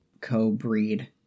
co-breed